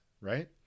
right